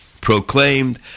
proclaimed